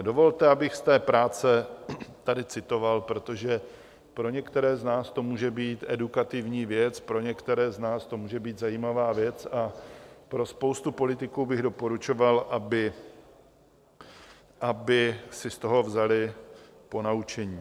Dovolte, abych z té práce tady citoval, protože pro některé z nás to může být edukativní věc, pro některé z nás to může být zajímavá věc a pro spoustu politiků bych doporučoval, aby si z toho vzali ponaučení: